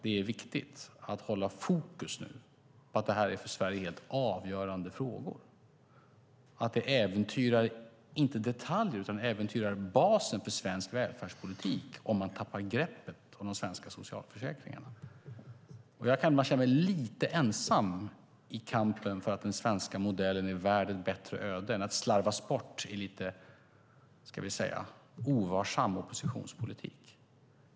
Det är viktigt att hålla fokus nu på att det här är för Sverige helt avgörande frågor. Det äventyrar inte detaljer utan äventyrar basen för svensk välfärdspolitik om man tappar greppet om de svenska socialförsäkringarna. Jag kan känna mig lite ensam i kampen för att ge den svenska modellen ett bättre öde än att slarvas bort i lite ovarsam oppositionspolitik.